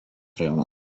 rajono